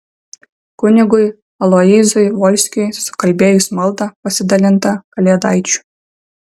kunigui aloyzui volskiui sukalbėjus maldą pasidalinta kalėdaičių